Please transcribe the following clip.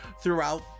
throughout